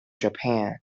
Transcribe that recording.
japan